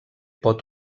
pot